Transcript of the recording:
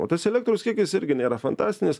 o tas elektros kiekis irgi nėra fantastinis